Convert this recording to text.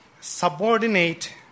subordinate